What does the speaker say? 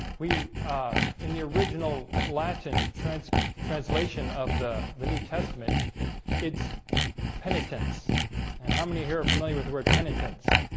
we in the original latin translation translation of the the new testament its penitence and how many here are familiar with the word penitents?